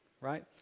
right